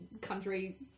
country